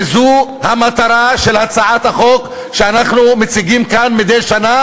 וזו המטרה של הצעת החוק שאנחנו מציגים כאן מדי שנה